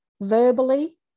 verbally